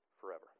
forever